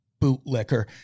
bootlicker